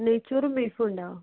നെയ് ചോറും ബീഫും ഉണ്ടോ